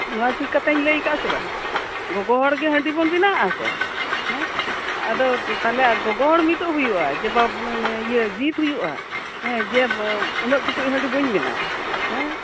ᱱᱚᱣᱟ ᱴᱷᱤᱠ ᱠᱟᱛᱷᱟᱧ ᱞᱟᱹᱭ ᱠᱟᱜᱼᱟ ᱥᱮ ᱵᱟᱝ ᱜᱚᱜᱚ ᱦᱚᱲ ᱜᱮ ᱦᱟᱺᱰᱤ ᱵᱚᱱ ᱵᱮᱱᱟᱣᱟ ᱥᱮ ᱦᱮᱸ ᱟᱫᱚ ᱜᱚᱜᱚ ᱦᱚᱲ ᱢᱤᱫᱚᱜ ᱦᱩᱭᱩᱜᱼᱟ ᱡᱤᱫ ᱦᱩᱭᱩᱜᱼᱟ ᱡᱮ ᱩᱱᱟᱹᱜ ᱴᱩᱠᱩᱡ ᱦᱟᱺᱰᱤ ᱵᱟᱹᱧ ᱵᱮᱱᱟᱣᱟ ᱦᱮᱸ